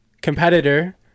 competitor